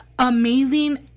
amazing